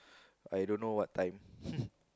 I don't know what time